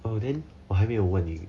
oh then 我还没有问你